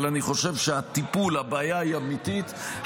אבל אני חושב שהבעיה היא אמיתית,